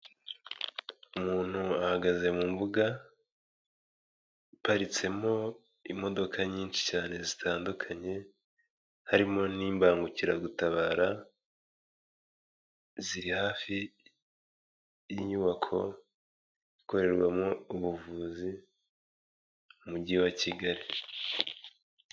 Umuntu ahagaze mu mbuga iparitsemo imodoka nyinshi cyane zitandukanye harimo n'imbangukiragutabara, ziri hafi y'inyubako ikorerwamo ubuvuzi mu mujyi wa Kigali.